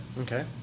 Okay